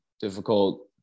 difficult